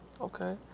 okay